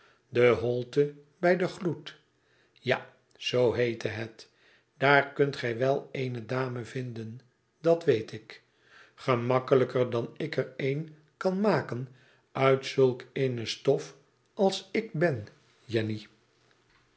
de holte bij den gloed ja zoo heette het daar kunt gij wel eene dame vinden dat weet ik gemakkelijker dan ik er eene kan maken uit zulk eene stof als ik ben jenny